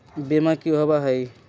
बीमा की होअ हई?